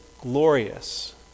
glorious